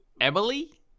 Emily